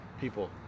people